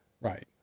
Right